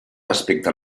respecte